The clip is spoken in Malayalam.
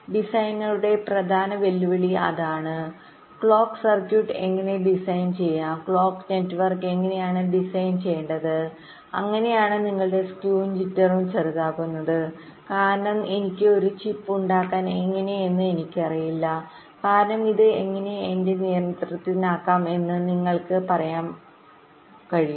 ഡിസൈനറുടെ പ്രധാന വെല്ലുവിളി ഇതാണ് ക്ലോക്ക് സർക്യൂട്ട് എങ്ങനെ ഡിസൈൻ ചെയ്യാം ക്ലോക്ക് നെറ്റ്വർക്ക് എങ്ങനെയാണ് ഡിസൈൻ ചെയ്യേണ്ടത് അങ്ങനെയാണ് നിങ്ങളുടെ സ്ക്യൂവും ജിറ്ററും ചെറുതാക്കുന്നത് കാരണം എനിക്ക് ഒരു ചിപ്പ് ഉണ്ടാക്കിയാൽ എങ്ങനെ എന്ന് എനിക്കറിയില്ല കാരണം ഇത് എങ്ങനെ എന്റെ നിയന്ത്രണത്തിലാകും എന്ന് നിങ്ങൾക്ക് നന്നായി പറയാൻ കഴിയും